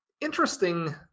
interesting